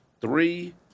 three